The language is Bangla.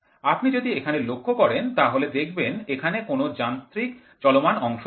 আপনি যদি এখানে লক্ষ্য করেন তাহলে দেখবেন এখানে কোন যান্ত্রিক চলমান অংশ নেই